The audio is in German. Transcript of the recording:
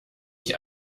ich